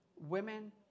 Women